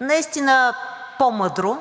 наистина по-мъдро.